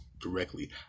directly